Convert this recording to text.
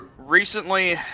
Recently